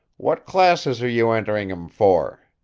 what classes are you entering him for?